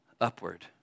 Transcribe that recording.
upward